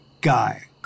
guy